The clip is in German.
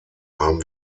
haben